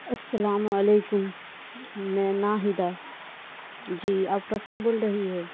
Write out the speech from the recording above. السلام علیکم میں ناہدہ جی آپ رفعت بول رہی ہو